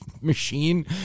machine